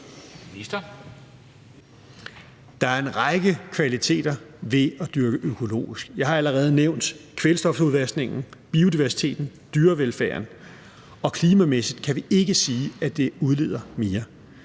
Der er en række kvaliteter ved at dyrke økologisk. Jeg har allerede nævnt kvælstofudvaskningen, biodiversiteten og dyrevelfærden, og klimamæssigt kan vi ikke sige, at det udleder mere.